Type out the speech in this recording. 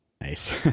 Nice